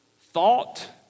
thought